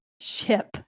ship